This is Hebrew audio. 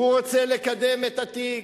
הוא רוצה לקדם את התיק,